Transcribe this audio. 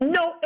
no